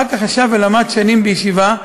ואחר כך ישב ולמד שנים בישיבה,